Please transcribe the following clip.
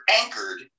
anchored